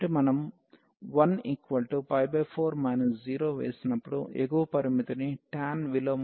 కాబట్టి మనం 4 0 వేసినప్పుడు ఎగువ పరిమితిని టాన్ విలోమం చేయండి